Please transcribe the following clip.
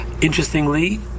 Interestingly